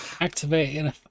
activate